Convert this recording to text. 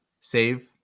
save